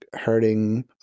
hurting